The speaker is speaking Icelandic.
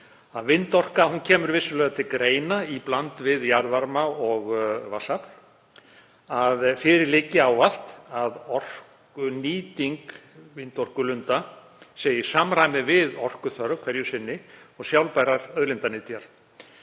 vindorka kemur vissulega til greina í bland við jarðvarma og vatnsafl. Að fyrir liggi ávallt að orkunýting vindorkulunda sé í samræmi við orkuþörf hverju sinni og sjálfbæra auðlindanýtingu.